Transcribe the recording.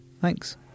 Thanks